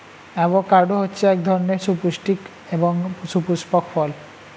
avocado হচ্ছে এক ধরনের সুপুস্টিকর এবং সুপুস্পক ফল